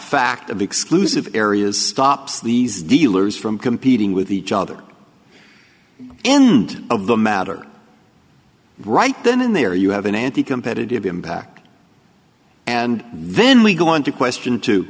fact of exclusive areas stops these dealers from competing with each other end of the matter right then and there you have an anti competitive impact and then we go on to question t